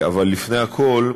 אבל לפני הכול,